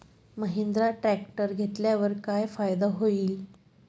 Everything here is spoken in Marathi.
महिंद्रा ट्रॅक्टर घेतल्यावर काय फायदा होईल?